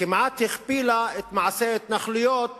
כמעט הכפילה את מעשי ההתנחלויות